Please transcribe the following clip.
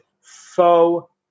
faux